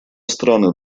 страны